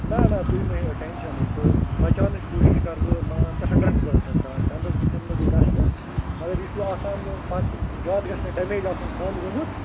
نہ نہ تُہۍ مہٕ ہیٚیِو ٹٮ۪شَنٕے تُہۍ بچاونٕچ کوٗشِش کَرٕ بہٕ مان ژٕ ہنٛڈرنٛڈ پٔرسَنٛٹ تام دَنٛدَس بہٕ دِمہٕ نہٕ بہٕ گژھنہٕ مگر یہِ چھُو آسان وۄنۍ پتہٕ زیادٕ گژھِ نہٕ ڈٮ۪میج آسُن دَنٛد گوٚمُت